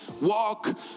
walk